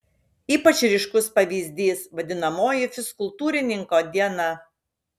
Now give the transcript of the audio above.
ypač ryškus pavyzdys vadinamoji fizkultūrininko diena